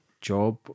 job